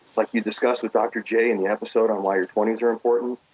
like you discussed with dr. jay in the episode on why your twenty s are important,